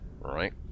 right